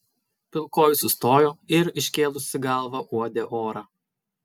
pilkoji sustojo ir iškėlusi galvą uodė orą